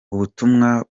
ubutumwa